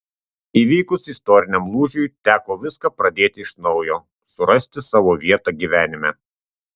įvykus istoriniam lūžiui teko viską pradėti iš naujo surasti savo vietą gyvenime